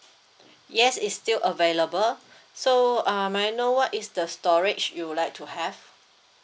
yes it's still available so uh may I know what is the storage you would like to have